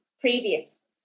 previous